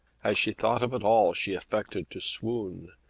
as she thought of it all she affected to swoon,